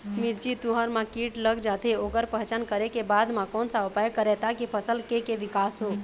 मिर्ची, तुंहर मा कीट लग जाथे ओकर पहचान करें के बाद मा कोन सा उपाय करें ताकि फसल के के विकास हो?